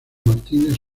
martínez